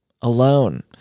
Alone